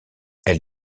elle